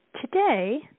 today